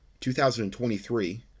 2023